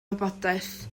wybodaeth